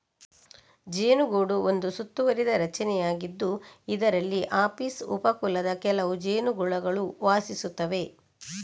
ಜೇನುಗೂಡು ಒಂದು ಸುತ್ತುವರಿದ ರಚನೆಯಾಗಿದ್ದು, ಇದರಲ್ಲಿ ಅಪಿಸ್ ಉಪ ಕುಲದ ಕೆಲವು ಜೇನುಹುಳುಗಳು ವಾಸಿಸುತ್ತವೆ